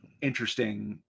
interesting